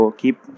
keep